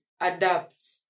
adapt